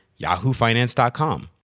yahoofinance.com